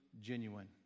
genuine